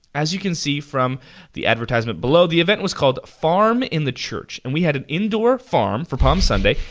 as you can see from the advertisement below, the event was called farm in the church, and we had an indoor farm for palm sunday,